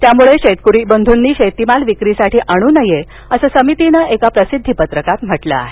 त्यामुळे शेतकरी बंधूंनी शेतीमाल विक्रीस आणू नये असं समितीनं एका प्रसिद्धी पत्रकात म्हटलं आहे